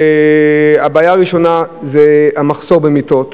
הבעיה הראשונה זה המחסור במיטות,